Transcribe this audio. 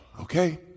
okay